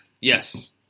Yes